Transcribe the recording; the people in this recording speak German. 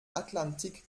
atlantik